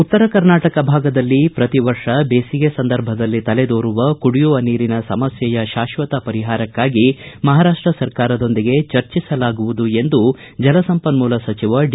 ಉತ್ತರ ಕರ್ನಾಟಕ ಭಾಗದಲ್ಲಿ ಪ್ರತಿವರ್ಷ ಬೇಸಿಗೆ ಸಂದರ್ಭದಲ್ಲಿ ತಲೆದೋರುವ ಕುಡಿಯುವ ನೀರಿನ ಸಮಸ್ಯೆಯ ಶಾಶ್ವತ ಪರಿಹಾರಕ್ಕಾಗಿ ಮಹಾರಾಷ್ವ ಸರ್ಕಾರದೊಂದಿಗೆ ಚರ್ಚಿಸಲಾಗುವುದು ಎಂದು ಜಲಸಂಪನ್ಮೂಲ ಸಚಿವ ಡಿ